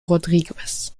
rodríguez